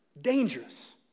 Dangerous